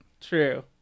True